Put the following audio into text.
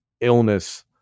illness